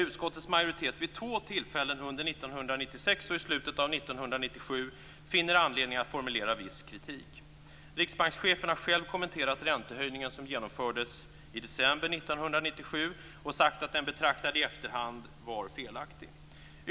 Utskottets majoritet har för två tillfällen under 1996 och i slutet av 1997 funnit anledning att formulera viss kritik. Riksbankschefen har själv kommenterat räntehöjningen som genomfördes i december 1997 och sagt att den betraktad i efterhand var felaktig.